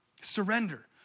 Surrender